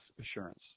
assurance